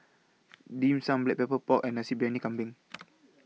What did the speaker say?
Dim Sum Black Pepper Pork and Nasi Briyani Kambing